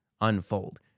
unfold